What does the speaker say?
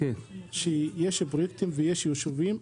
שיש פרויקטים ויש יישובים.